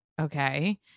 Okay